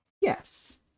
Yes